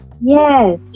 yes